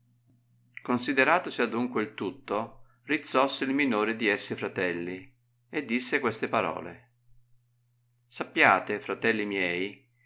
alcuno consideratosi adunque il tutto rizzossi il minore di essi frategli e disse queste parole sappiate fratelli miei